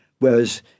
whereas